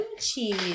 cheese